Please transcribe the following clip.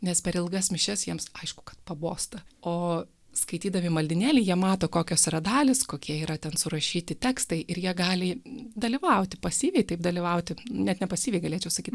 nes per ilgas mišias jiems aišku kad pabosta o skaitydami maldynėlį jie mato kokios yra dalys kokie yra ten surašyti tekstai ir jie gali dalyvauti pasyviai taip dalyvauti net ne pasyviai galėčiau sakyt